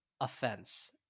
offense